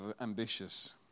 ambitious